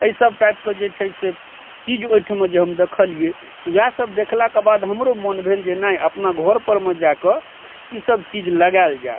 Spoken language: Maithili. अइसब टाइपके जे छै से चीज ओइठमा जे हम देखलिये ओएह सब देखलाके बाद हमरो मोन भेल जे नहि अपना घरपर मे जाकऽ ईसब चीज लगयल जाय